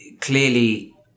clearly